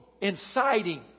inciting